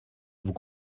vous